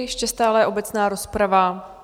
Ještě stále trvá obecná rozprava.